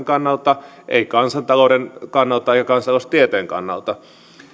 kannalta ei kansantalouden kannalta eikä kansantaloustieteen kannalta